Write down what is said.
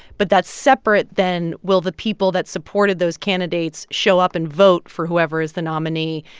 but that's separate than will the people that supported those candidates show up and vote for whoever is the nominee?